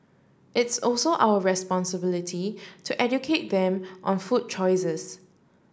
it's also our responsibility to educate them on food choices